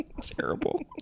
terrible